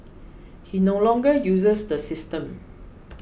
he no longer uses the system